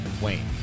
Wayne